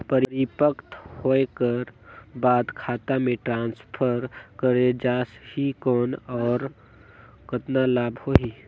परिपक्व होय कर बाद खाता मे ट्रांसफर करे जा ही कौन और कतना लाभ होही?